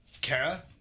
Kara